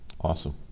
awesome